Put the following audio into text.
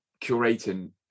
curating